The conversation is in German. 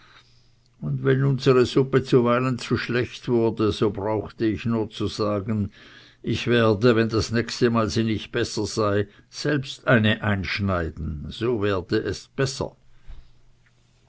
und wenn unsere suppe zuweilen zu schlecht wurde so brauchte ich nur zu sagen ich werde wenn das nächste mal sie nicht besser sei selbst eine einschneiden so wurde es besser